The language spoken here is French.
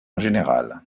général